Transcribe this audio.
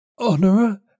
Honora